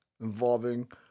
involving